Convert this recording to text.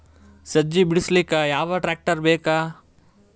ಸಜ್ಜಿ ಬಿಡಿಸಿಲಕ ಯಾವ ಟ್ರಾಕ್ಟರ್ ಬೇಕ?